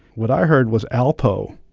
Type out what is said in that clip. what i heard was alpo,